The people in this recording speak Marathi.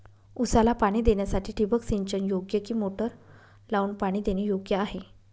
ऊसाला पाणी देण्यासाठी ठिबक सिंचन योग्य कि मोटर लावून पाणी देणे योग्य आहे?